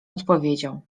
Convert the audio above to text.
odpowiedział